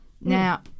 Now